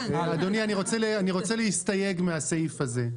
אדוני, אני רוצה להסתייג מן הסעיף הזה.